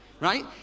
Right